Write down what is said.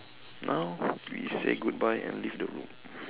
now we say goodbye and leave the room